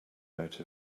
out